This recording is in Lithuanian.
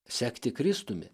sekti kristumi